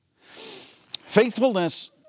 Faithfulness